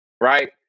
right